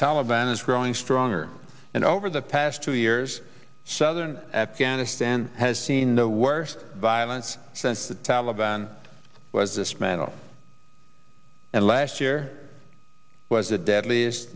taliban is growing stronger and over the past two years southern afghanistan has seen the worst violence since the taliban was dismantled and last year was the deadliest